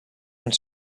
ens